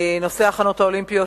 נושא ההכנות האולימפיות,